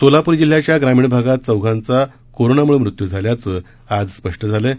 सोलापूर जिल्ह्याच्या ग्रामीण भागात चौघांचा कोरोनामुळे मृत्यू झाल्याचे आज स्पष्ट झाले आहे